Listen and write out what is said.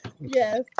Yes